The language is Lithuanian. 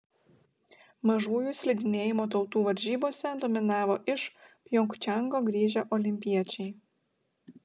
mažųjų slidinėjimo tautų varžybose dominavo iš pjongčango grįžę olimpiečiai